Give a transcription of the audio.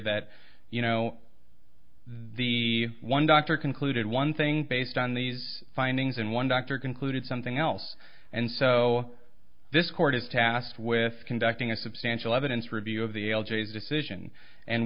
that you know the one doctor concluded one thing based on these findings and one doctor concluded something else and so this court is tasked with conducting a substantial evidence review of the l g s decision and